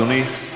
להוסיף,